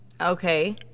Okay